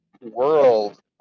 world